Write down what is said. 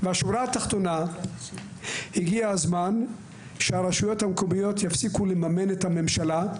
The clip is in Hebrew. והשורה התחתונה: הגיע הזמן שהרשויות המקומיות יפסיקו לממן את הממשלה.